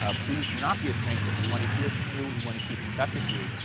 ah please, do not be a stranger. we want to hear from you. we want to keep in touch with you.